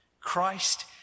Christ